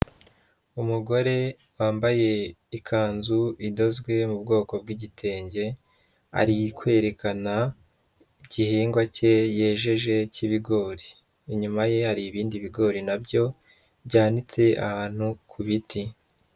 Umugore wambaye ikanzu idozwe mu bwoko bw'igitenge, ari kwerekana igihingwa cye yejeje cy'ibigori. Inyuma ye hari ibindi bigori na byo byanitse ahantu ku biti.